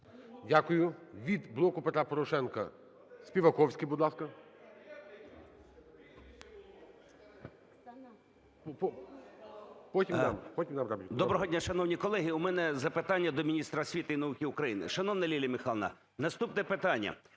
Дякую. Від "Блоку Петра Порошенка" –Співаковський, будь ласка. 10:34:14 СПІВАКОВСЬКИЙ О.В. Доброго дня, шановні колеги! У мене запитання до міністра освіти і науки України. Шановна Лілія Михайлівна, наступне питання.